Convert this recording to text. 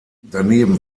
daneben